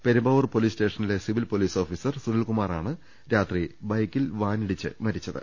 Perumbavoor police സ്റ്റേഷനിലെ civil police officer സുനിൽകുമാറാണ് രാത്രി ബൈക്കിൽ വാനി ടിച്ച് മരിച്ചത്